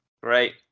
great